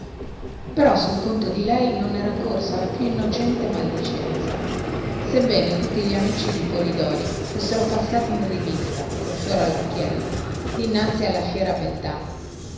però sul conto di lei non era corsa la più innocente maldicenza sebbene tutti gli amici di polidori fossero passati in rivista col fiore allocchiello dinanzi alla fiera beltà